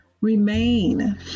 remain